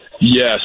Yes